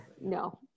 no